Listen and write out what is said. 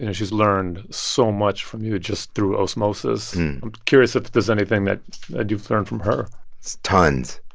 and she's learned so much from you just through osmosis. i'm curious if there's anything that you've learned from her tons.